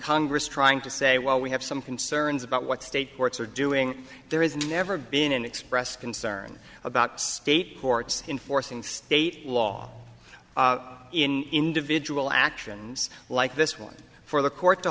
congress trying to say well we have some concerns about what state courts are doing there is never been an expressed concern about state courts enforcing state law in individual actions like this one for the court t